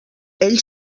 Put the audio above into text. ell